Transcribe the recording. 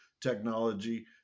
technology